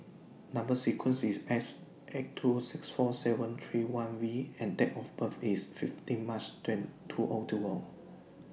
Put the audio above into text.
Number sequence IS S eight two six four seven three one V and Date of birth IS fifteen March two O two O